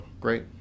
Great